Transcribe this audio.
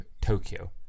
Tokyo